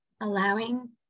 allowing